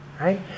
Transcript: Right